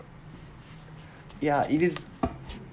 ya it is